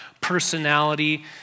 personality